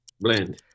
Blend